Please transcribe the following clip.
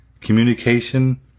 Communication